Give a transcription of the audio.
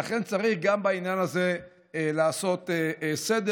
לכן צריך גם בעניין הזה לעשות סדר,